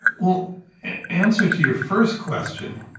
well, in answer to your first question,